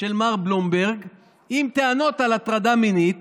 של מר בלומברג עם טענות על הטרדה מינית